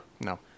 No